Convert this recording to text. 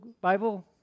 Bible